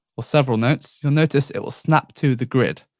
or several notes, you'll notice it will snap to the grid.